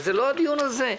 אבל זה לא הדיון על זה.